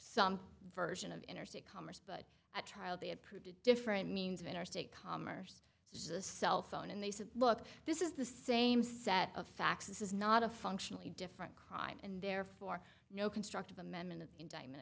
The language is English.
some version of interstate commerce but at trial the approved different means of interstate commerce is a cell phone and they said look this is the same set of facts this is not a functionally different crime and therefore no constructive amendment an indictment